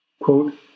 Quote